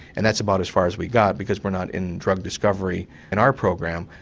and that's about as far as we got, because we're not in drug discovery in our program.